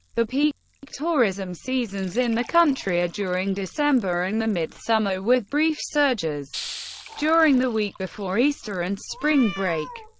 the peak tourism seasons in the country are during december and the mid-summer, with brief surges during the week before easter and spring break,